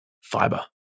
fiber